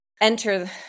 enter